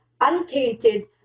untainted